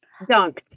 dunked